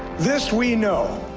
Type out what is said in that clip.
this we know